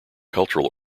cultural